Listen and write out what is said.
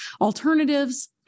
alternatives